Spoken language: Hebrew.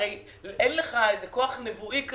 הרי אין לך כוח נבואי.